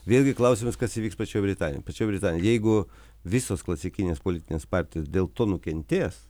vėlgi klausimas kas įvyks pačioje britanijoj pačioj jeigu visos klasikinės politinės partijos dėl to nukentės